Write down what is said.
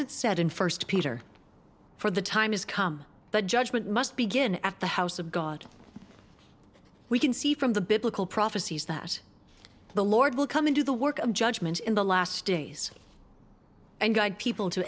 it said in st peter for the time is come the judgment must begin at the house of god we can see from the biblical prophecies that the lord will come into the work of judgment in the last days and guide people to